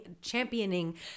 championing